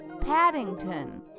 Paddington